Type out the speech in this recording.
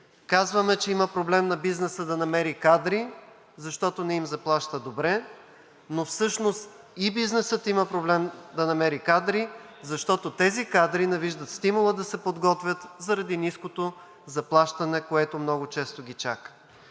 Казваме, че имаме проблем на бизнеса да намери кадри, защото не им заплаща добре, но всъщност и бизнесът има проблем да намери кадри, защото тези кадри не виждат стимула да се подготвят заради ниското заплащане, което много често ги чака.